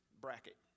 bracket